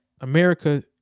America